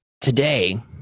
Today